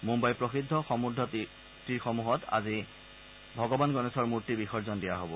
মুম্বাইৰ প্ৰসিদ্ধ সমুদ্ৰ তীৰসমূহত আজি ভগৱান গণেশৰ মূৰ্তি বিসৰ্জন দিয়া হ'ব